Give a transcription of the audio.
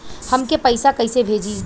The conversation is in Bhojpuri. हमके पैसा कइसे भेजी?